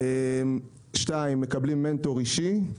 2. מקבלים מנטור אישי.